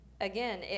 again